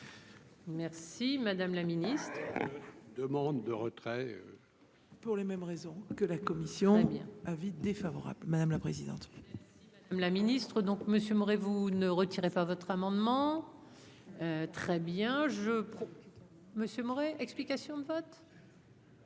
Merci madame la Ministre. Demande de retrait pour les mêmes raisons que la commission bien avis défavorable, madame la présidente. La Ministre donc monsieur Moret, vous ne retirez pas votre amendement très bien je monsieur Maurer, explications de vote.